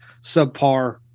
subpar